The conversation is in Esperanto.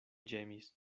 ĝemis